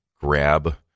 grab